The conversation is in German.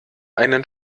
einen